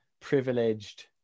privileged